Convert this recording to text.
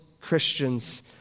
Christians